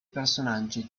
personaggi